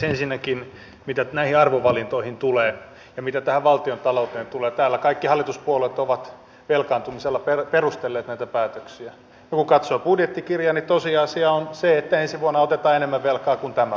ensinnäkin mitä näihin arvovalintoihin tulee ja mitä tähän valtiontalouteen tulee täällä kaikki hallituspuolueet ovat velkaantumisella perustelleet näitä päätöksiä mutta kun katsoo budjettikirjaa tosiasia on se että ensi vuonna otetaan enemmän velkaa kuin tänä vuonna